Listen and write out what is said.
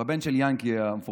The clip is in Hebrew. הוא הבן של ינקי המפורסם.